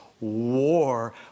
war